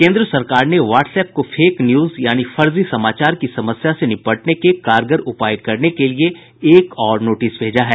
केंद्र सरकार ने व्हाट्स ऐप को फेक न्यूज यानी फर्जी समाचार की समस्या से निपटने के कारगर उपाय करने के लिए एक और नोटिस भेजा है